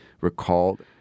recalled